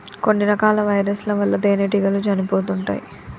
కొన్ని రకాల వైరస్ ల వల్ల తేనెటీగలు చనిపోతుంటాయ్